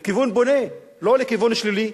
לכיוון בונה, לא לכיוון שלילי?